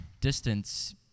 distance